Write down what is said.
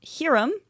Hiram